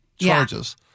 charges